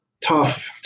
tough